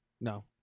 No